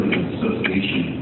association